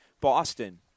Boston